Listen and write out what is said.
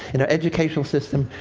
in our educational system.